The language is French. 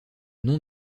nom